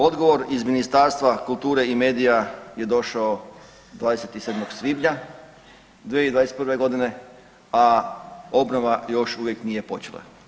Odgovor iz Ministarstva kulture i medija je došao 27. svibnja 2021. godine, a obnova još uvijek nije počela.